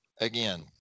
again